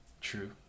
True